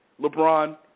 LeBron